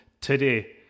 today